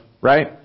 right